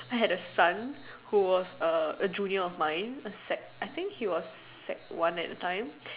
I had a son who was a junior of mine I think he was sec one at the time